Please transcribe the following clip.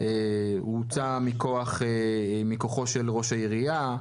הוא הוצא מכוחו של ראש העירייה.